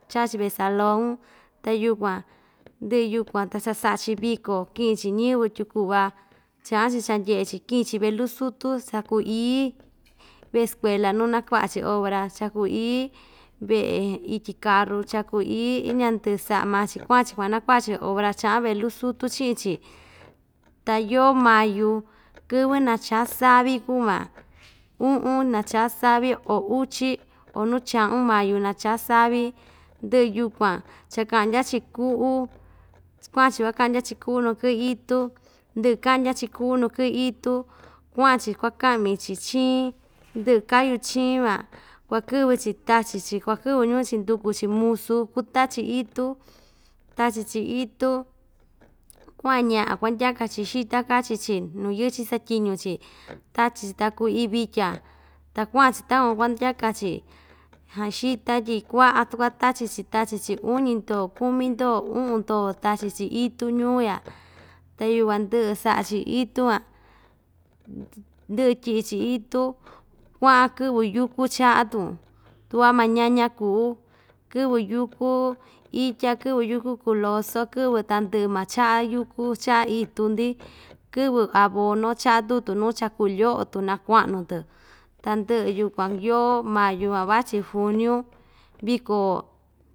Cha'a‑chi ve'e salon ta yukuan ndɨ'ɨ yukuan ta cha sa'a‑chi viko ki'in‑chi ñɨvɨ tyuku'va cha'an‑chi chandye'e‑chi ki'in‑chi velu sútu saku‑ií ve'e skuela nu naku'va‑chi obra chaku‑ií ve'e ityi karu chaku‑ií indya ndɨ sa'a maa‑chi kua'an‑chi kuanaku'a‑chi obra cha'an velu sútu chi'in‑chi ta yoo mayu kɨvɨ nachá savi kuu ma u'un nachá savi o uchi o nu cha'un mayu nachá savi ndɨ'ɨ yukuan chaka'ndya‑chi ku'ú kua'an‑chi kuaka'ndya‑chi ku'ú nu kɨ'ɨ itu ndɨ kan'dya‑chi ku'ú nu kɨ'ɨ itu kua'an‑chi kuaka'mi‑chi chiin ndɨ'ɨ kayu chiin van kuakɨ'vɨ‑chi tachi‑chi kuakɨ'vɨ ñu'un‑chi nduku‑chi musu kutachi itu tachi‑chi itu kua'an ña'a kuandyaka‑chi xita kachi‑chi nu yɨ'ɨ‑chi satyiñu‑chi tachi‑chi ta kuu iin vitya ta kua'an‑chi takuan kuandyaka‑chi xita tyi kua'a tachi‑chi tachi‑chi uñi ndoo kumi ndoo u'un ndoo tachi‑chi itu ñuu ya ta yukuan ndɨ'ɨ sa'a‑chi itu van ndɨ'ɨ tyi'i‑chi itu kua'an kɨ'vɨ yúku cha'a‑tun tu kua maña‑ña ku'u kɨ'vɨ yúku itya kɨ'vɨ yúku kuloso kɨ'vɨ tandɨ'ɨ ma cha'a yúku cha'a itu‑ndi kɨ'vɨ abono cha'a‑tun tu nu chaku lyo'o‑tun na kua'nu‑tɨ tandɨ'ɨ yukuan yoo mayu van vachi juniu viko.